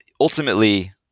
ultimately